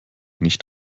nicht